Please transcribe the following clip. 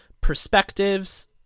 perspectives